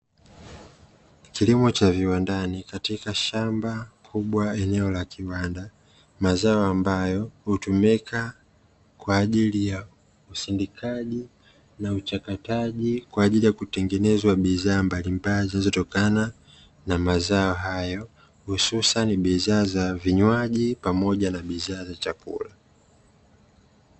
Kilimo cha viwandani katika shamba kubwa eneo la kiwanda, mazao ambayo hutumika kwa ajili ya usindikaji na uchakataji kwa ajili ya kutengenezwa bidhaa mbalimbali zilizotakana na mazao hayo. Hususan bidhaa za vinywaji pamoja na bidhaa za chakula